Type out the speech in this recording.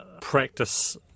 practice